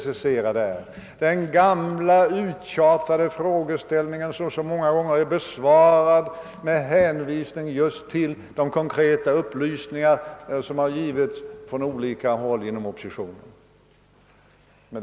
Det är den gamla uttjatade frågeställningen som så många gånger är besvarad med hänvisning till de konkreta upplysningar som har givits från oppositionen.